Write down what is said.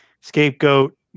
scapegoat